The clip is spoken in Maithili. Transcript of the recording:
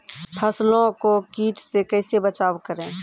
फसलों को कीट से कैसे बचाव करें?